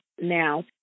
now